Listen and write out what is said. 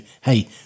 Hey